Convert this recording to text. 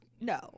no